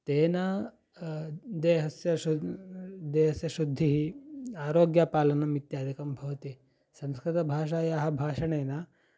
तेन देहस्य शु देहस्य शुद्धिः आरोग्यपालनम् इत्यादिकं भवति संस्कृतभाषायाः भाषणेन